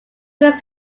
was